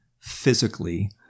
Physically